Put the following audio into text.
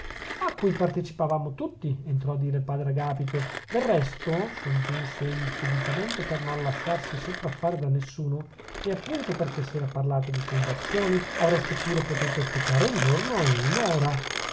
a cui partecipavano tutti entrò a dire il padre agapito del resto soggiunse egli speditamente per non lasciarsi sopraffare da nessuno e appunto perchè si era parlato di conversioni avreste pure potuto aspettare un giorno e un'ora